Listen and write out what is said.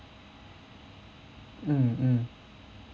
mm